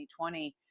2020